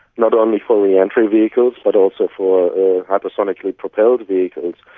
not only for re-entry vehicles but also for hypersonically propelled vehicles,